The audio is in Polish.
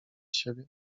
siebie